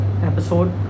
episode